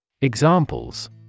Examples